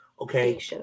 Okay